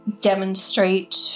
demonstrate